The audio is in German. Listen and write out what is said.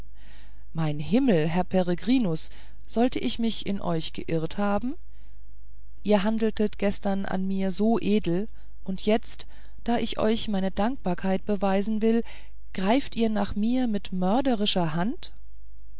mein himmel peregrinus tyß sollte ich mich in euch geirrt haben ihr handeltet gestern an mir so edel und jetzt da ich euch meine dankbarkeit beweisen will greift ihr nach mir mit mörderischer hand